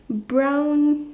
brown